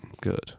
good